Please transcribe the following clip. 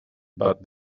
but